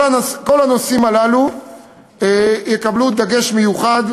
כל הנושאים הללו יקבלו דגש מיוחד,